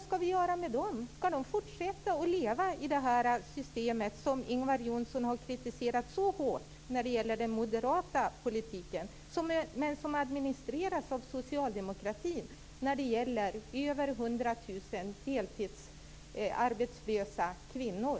Skall de fortsätta att leva i det system som Ingvar Johnsson har kritiserat så hårt när det gäller den moderata politiken men som administreras av socialdemokratin vad avser över